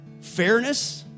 fairness